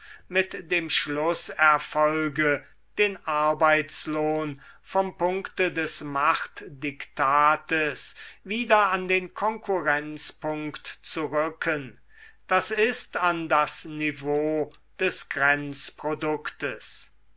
mit dem schlußerfolge den arbeitslohn vom punkte des machtdiktates wieder an den konkurrenzpunkt zu rücken das ist an das niveau des